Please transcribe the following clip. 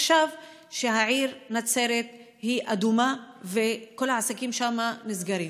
עכשיו שהעיר נצרת היא אדומה וכל העסקים שם נסגרים?